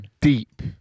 deep